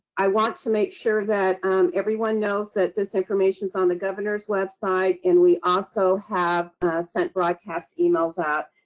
i want to make sure that umm everyone knows that this information is on the governor's website and we also have uhh sent broadcast emails out.